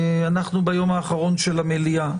אנחנו ביום האחרון של המליאה,